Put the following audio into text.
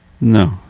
No